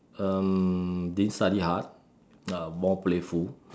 um didn't study hard uh more playful